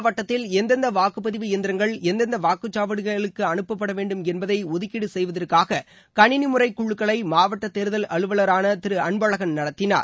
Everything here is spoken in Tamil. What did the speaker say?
மாவட்டத்தில் எந்தெந்த வாக்குபதிவு எந்திரங்கள் எந்தெந்த வாக்குச்சாவடிகளுக்கு கருர் அனுப்ப்பட வேணடும் என்பதை ஒதுக்கீடு செய்வதற்காக கணினிமுறை குழுக்களை மாவட்ட தேர்தல் அலுவலரான திரு அன்பழகன் நடத்தினார்